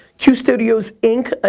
q studios inc, ah